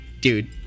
Dude